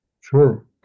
sure